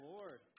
Lord